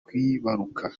kwibaruka